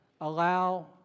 allow